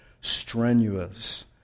strenuous